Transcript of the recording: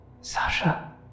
Sasha